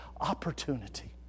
opportunity